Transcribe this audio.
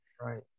right